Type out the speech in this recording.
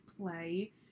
play